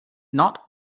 not